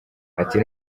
ati